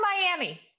Miami